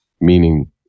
meaning